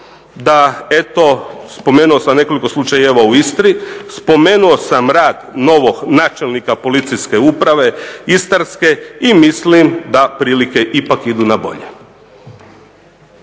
Da, eto, spomenuo sam nekoliko slučajeva u Istri, spomenuo sam rad novog načelnika policijske uprave Istarske i mislim da prilike ipak idu na bolje.